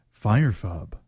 Firefub